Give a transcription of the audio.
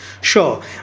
Sure